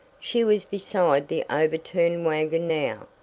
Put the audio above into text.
she was beside the overturned wagon now,